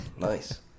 Nice